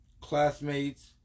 classmates